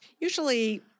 Usually